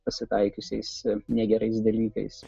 pasitaikiusiais negerais dalykais